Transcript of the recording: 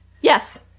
Yes